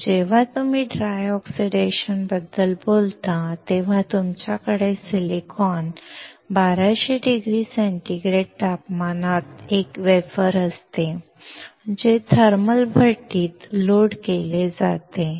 जेव्हा तुम्ही dry oxidation बद्दल बोलता तेव्हा तुमच्याकडे सिलिकॉन 1200 डिग्री सेंटीग्रेड तापमानात एक वेफर असते जे थर्मल भट्टीत लोड केले जाते